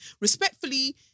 respectfully